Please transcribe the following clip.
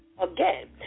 again